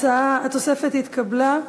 התוספת התקבלה.